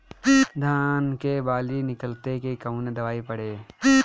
धान के बाली निकलते के कवन दवाई पढ़े?